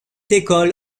école